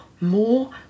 more